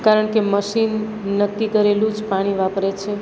કારણકે મશીન નક્કી કરેલું જ પાણી વાપરે છે